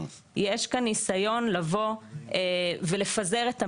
יש כאן ניסיון לפזר את המימון,